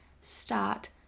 start